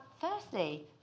Firstly